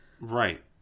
Right